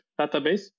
database